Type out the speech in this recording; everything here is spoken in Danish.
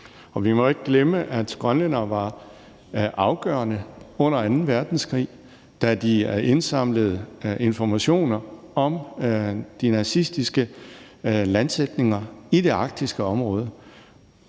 Og vi må ikke glemme, at grønlændere var afgørende under anden verdenskrig, da de indsamlede informationer om de nazistiske landsætninger i det arktiske område.